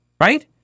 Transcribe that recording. Right